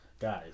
Guys